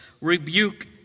rebuke